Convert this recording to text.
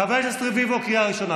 חבר הכנסת רביבו, קריאה ראשונה.